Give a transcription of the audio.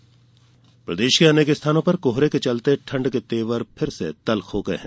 मौसम प्रदेश के अनेक स्थानों पर कोहरे के चलते ठंड के तेवर फिर से तल्ख हो गए हैं